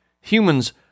Humans